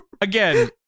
Again